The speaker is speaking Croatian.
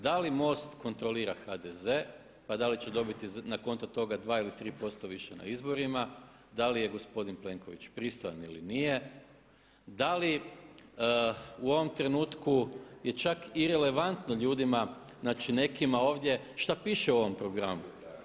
Da li MOST kontrolira HDZ pa da li će dobiti na konto toga dva ili tri posto više na izborima, da li je gospodin Plenković pristojan ili nije, da li u ovom trenutku je čak irelevantno ljudima nekima ovdje šta piše u ovom programu.